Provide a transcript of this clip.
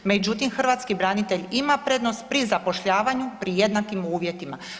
Međutim, hrvatski branitelj ima prednost pri zapošljavanju pri jednakim uvjetima.